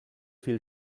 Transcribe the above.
viel